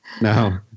no